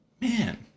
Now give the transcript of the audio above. man